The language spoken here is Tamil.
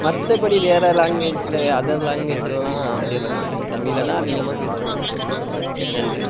மற்றபடி வேறு லாங்குவேஜ்ஜில் அதர் லாங்குவேஜ்லெலாம் பேசமாட்டாங்க தமிழில் தான் அதிகமாக பேசுவாங்க நன்றி